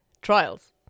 trials